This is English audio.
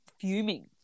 fuming